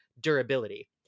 durability